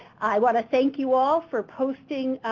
i want to thank you all for posting,